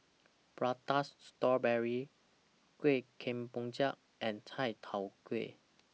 Prata Strawberry Kuih Kemboja and Chai Tow Kuay